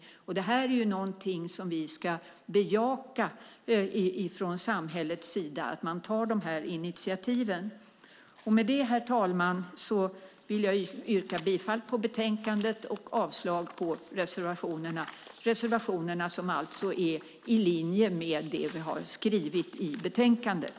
Att man tar dessa initiativ är någonting som vi ska bejaka från samhällets sida. Herr talman! Jag yrkar bifall till förslaget i betänkandet och avslag på reservationerna, reservationer som alltså är i linje med det som vi har skrivit i betänkandet.